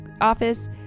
Office